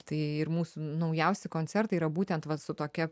tai ir mūsų naujausi koncertai yra būtent vat su tokia